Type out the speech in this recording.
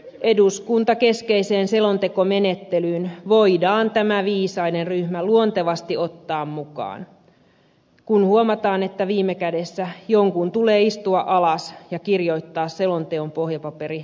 eduskuntakeskeiseen selontekomenettelyyn voidaan tämä viisaiden ryhmä luontevasti ottaa mukaan kun huomataan että viime kädessä jonkun tulee istua alas ja kirjoittaa selonteon pohjapaperi eduskuntakäsittelyä varten